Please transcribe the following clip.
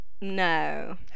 no